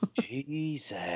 Jesus